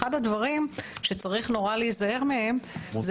אחד הדברים שצריך נורא להיזהר מהם זה